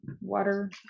Water